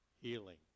healing